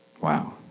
Wow